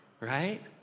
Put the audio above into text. right